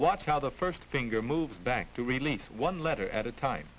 watch out the first finger moves back to release one letter at a time